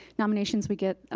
nominations we get.